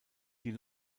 die